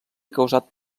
causat